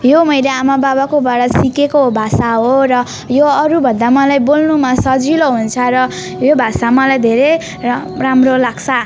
यो मैले आमाबाबाकोबाट सिकेको भाषा हो र यो अरूभन्दा मलाई बोल्नुमा सजिलो हुन्छ र यो भाषा मलाई धेरै र राम्रो लाग्छ